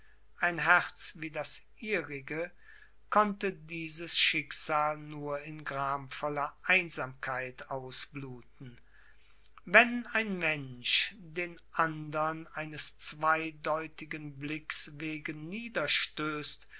ein herz wie das ihrige konnte dieses schicksal nur in gramvoller einsamkeit ausbluten wenn ein mensch den andern eines zweideutigen blicks wegen